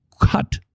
cut